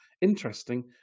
interesting